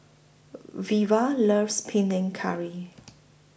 Veva loves Panang Curry